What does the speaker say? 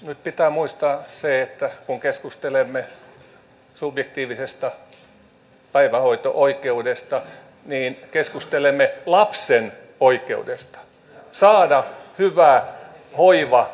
nyt pitää muistaa se että kun keskustelemme subjektiivisesta päivähoito oikeudesta keskustelemme lapsen oikeudesta saada hyvä hoiva ja kasvatus